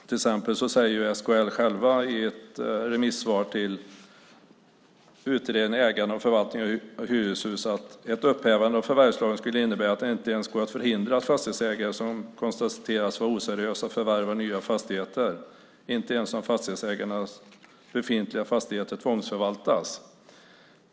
Till exempel säger de i SKL själva i ett remissvar till utredningen om ägande och förvaltning av hyreshus: Ett upphävande av förvärvslagen skulle innebära att det inte ens går att förhindra att fastighetsägare som konstateras vara oseriösa förvärvar nya fastigheter, inte ens om fastighetsägarnas befintliga fastigheter tvångsförvaltas.